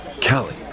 Kelly